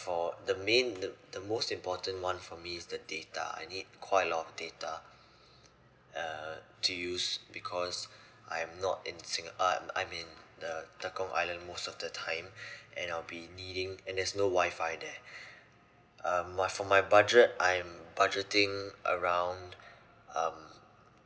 for the main the the most important one for me is the data I need quite a lot of data uh to use because I'm not in singa~ uh I mean the tekong island most of the time and I'll be needing and there's no WI-FI there um my for my budget I'm budgeting around um